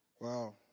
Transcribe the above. Wow